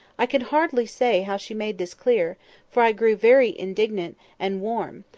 i can hardly say how she made this clear for i grew very indignant and warm,